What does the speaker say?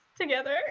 together